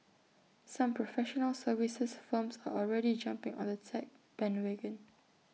some professional services firms are already jumping on the tech bandwagon